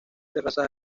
terrazas